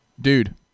Dude